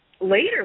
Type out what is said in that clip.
Later